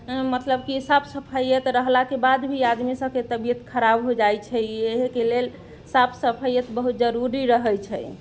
मतलब कि साफ सफाइ रहलाके बाद भी आदमी सबके तबियत खराब हो जाइ छै इहेके लेल साफ सफाइ बहुत जरुरी रहै छै